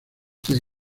the